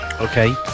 Okay